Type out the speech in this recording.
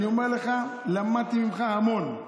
אני אומר לך, למדתי ממך המון,